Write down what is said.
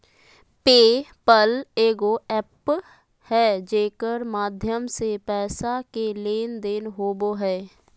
पे पल एगो एप्प है जेकर माध्यम से पैसा के लेन देन होवो हय